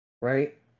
right